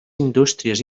indústries